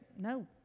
No